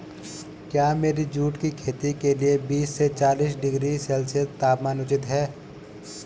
क्या मेरी जूट की खेती के लिए बीस से चालीस डिग्री सेल्सियस तापमान उचित है?